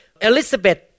Elizabeth